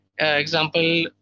example